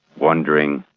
wandering,